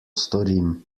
storim